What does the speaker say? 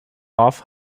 off